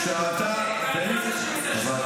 יהודי ברית המועצות.